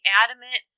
adamant